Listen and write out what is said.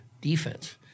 defense